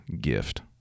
gift